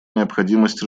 необходимость